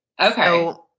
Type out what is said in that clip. Okay